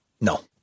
no